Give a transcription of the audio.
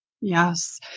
Yes